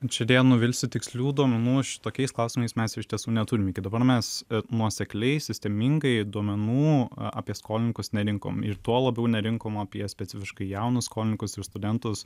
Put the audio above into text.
čia deja nuvilsiu tikslių duomenų šitokiais klausimais mes iš tiesų neturim iki dabar mes nuosekliai sistemingai duomenų apie skolininkus nerinkom ir tuo labiau nerinkom apie specifiškai jaunus komikus ir studentus